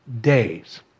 days